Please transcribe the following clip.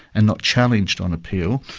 and not challenged on appeal,